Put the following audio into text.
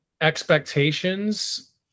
expectations